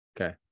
okay